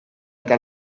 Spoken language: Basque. eta